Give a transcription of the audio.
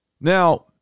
Now